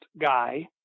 guy